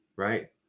right